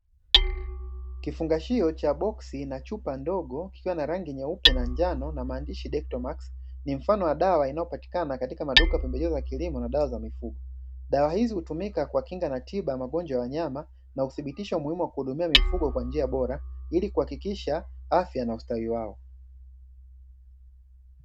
Kifungashio cha boksi na chupa ndogo ikiwa na rangi nyeupe na njano na maandishi "dental max", ni mfano wa dawa inayopatikana katika maduka ya pembejeo za kilimo na dawa za mifugo, dawa hizi hutumika kwa kinga na tiba ya magonjwa ya wanyama na uthibitisho muhimu wa kuhudumia mifugo kwa njia bora ili kuhakikisha afya na ustawi wao.